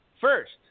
First